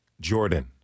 Jordan